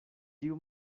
tiu